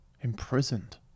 imprisoned